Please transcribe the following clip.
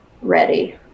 ready